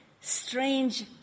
strange